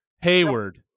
Hayward